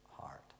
heart